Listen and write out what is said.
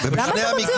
למה אתה מוציא אותו?